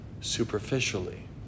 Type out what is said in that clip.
superficially